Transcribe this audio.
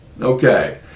okay